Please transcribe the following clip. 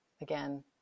again